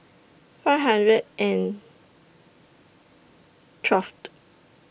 five hundred and twelve